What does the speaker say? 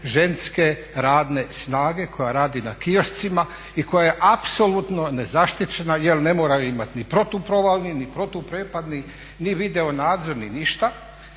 ženske radne snage koja radi na kioscima i koja je apsolutno nezaštićena jer ne moraju imati ni protuprovalni, ni protuprepadni, ni video nadzor ni ništa